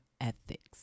ethics